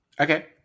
Okay